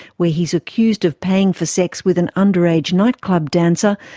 where he is accused of paying for sex with an underage nightclub dancer,